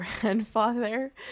grandfather